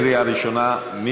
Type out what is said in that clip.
בקריאה ראשונה.